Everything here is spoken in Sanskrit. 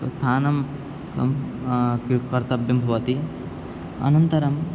स्थानं कर्तव्यं भवति अनन्तरं